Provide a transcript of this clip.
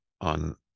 on